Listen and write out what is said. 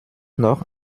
noch